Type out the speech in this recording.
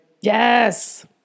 yes